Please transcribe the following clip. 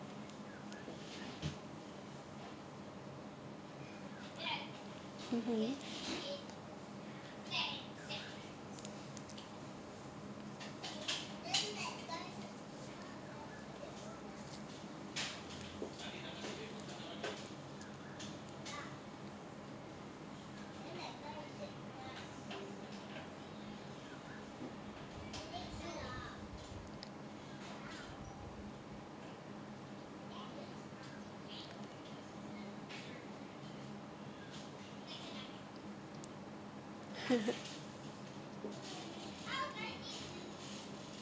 mmhmm